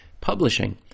publishing